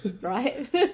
Right